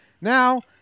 Now